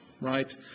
right